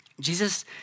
Jesus